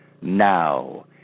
now